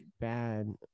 bad